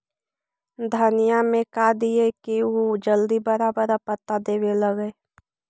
धनिया में का दियै कि उ जल्दी बड़ा बड़ा पता देवे लगै?